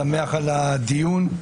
שמח על הדיון הזה,